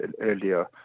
earlier